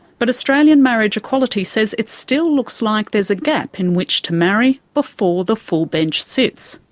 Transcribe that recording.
but australian marriage equality says it still looks like there's a gap in which to marry before the full bench sits.